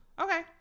Okay